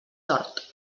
tort